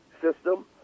system